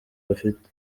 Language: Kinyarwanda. bifite